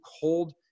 cold